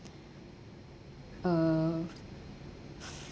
uh